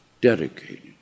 dedicated